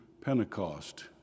Pentecost